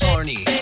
Arnie